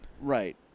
Right